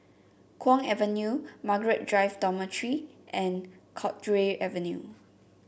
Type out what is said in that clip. Kwong Avenue Margaret Drive Dormitory and Cowdray Avenue